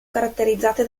caratterizzate